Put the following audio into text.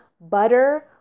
butter